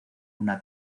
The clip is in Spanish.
una